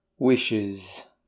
Wishes